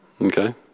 Okay